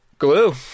Glue